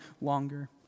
longer